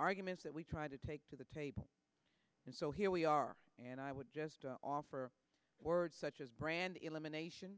arguments that we try to take to the table and so here we are and i would just offer words such as brand elimination